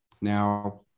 Now